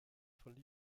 von